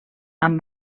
amb